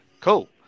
Cool